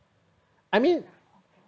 I mean